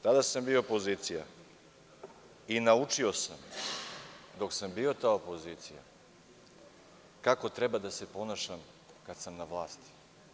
Tada sam bio opozicija i naučio sam dok sam bio ta opozicija kako treba da se ponašam kada sam na vlasti.